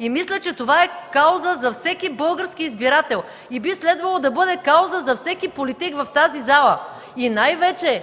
и мисля, че това е кауза за всеки български избирател. И би следвало да бъде кауза за всеки политик в тази зала, и най-вече